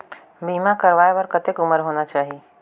बीमा करवाय बार कतेक उम्र होना चाही?